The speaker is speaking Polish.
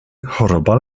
choroba